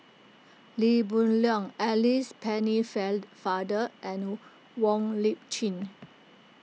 Lee Hoon Leong Alice Pennefather and Wong Lip Chin